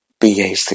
BAC